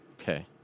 Okay